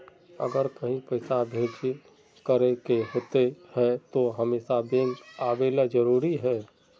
अगर कहीं पैसा भेजे करे के होते है तो हमेशा बैंक आबेले जरूरी है?